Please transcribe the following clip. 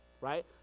right